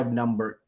number